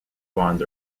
bonds